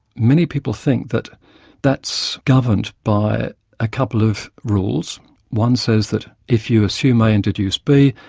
many people think that that's governed by a couple of rules one says that if you assume a and deduce b,